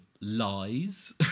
lies